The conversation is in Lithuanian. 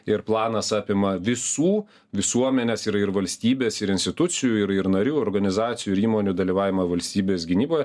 ir planas apima visų visuomenės ir ir valstybės ir institucijų ir ir narių ir organizacijų ir įmonių dalyvavimą valstybės gynyboje